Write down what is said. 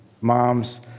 moms